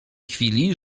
chwili